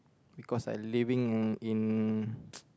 because I living in